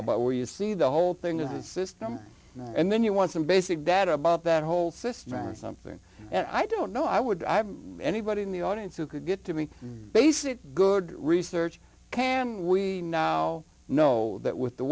about where you see the whole thing in the system and then you want some basic data about that whole system or something and i don't know i would have anybody in the audience who could get to me basic good research can we now know that with the